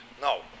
No